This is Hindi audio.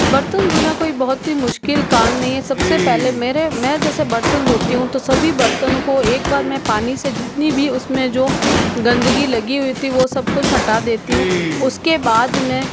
बर्तन धोना कोई बहुत ही मुश्किल काम नहीं है सबसे पहले मेरे मैं जैसे बर्तन धोती हूँ तो सभी बर्तनों को एक बार में पानी से जितनी भी उसमें जो गंदगी लगी हुई थी वो सब कुछ हटा देती हूँ उसके बाद में